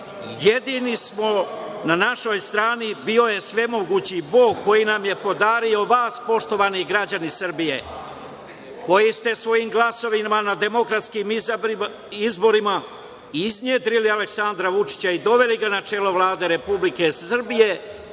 Jedini na našoj strani, bio je svemogući Bog koji nam je podario vas, poštovani građani Srbije, koji ste svojim glasovima na demokratskim izborima iznedrili Aleksandra Vučića i doveli ga na čelo Vlade Republike Srbije,